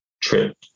trip